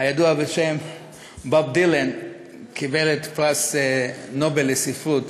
הידוע בשם בוב דילן, קיבל את פרס נובל לספרות.